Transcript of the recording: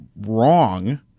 wrong